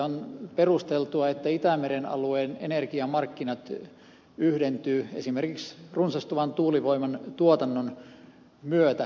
on perusteltua että itämeren alueen energiamarkkinat yhdentyvät esimerkiksi runsastuvan tuulivoiman tuotannon myötä